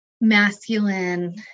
masculine